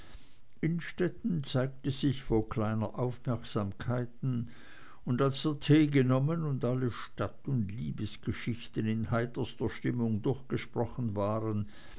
innstetten zeigte sich voll kleiner aufmerksamkeiten und als der tee genommen und alle stadt und liebesgeschichten in heiterster stimmung durchgesprochen waren